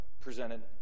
presented